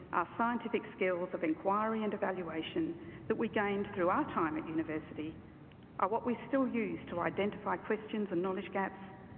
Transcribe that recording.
our scientific skills of inquiry and evaluation that we gained through our time at university are what we still use to identify questions and knowledge gaps,